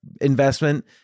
investment